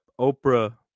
Oprah